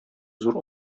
зур